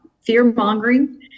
fear-mongering